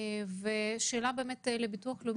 שאלה לביטוח הלאומי,